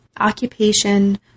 occupation